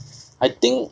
I think